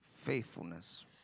faithfulness